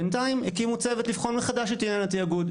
בינתיים הקימו צוות חדש לבחון מחדש את עניין התיאגוד.